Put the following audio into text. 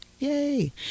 Yay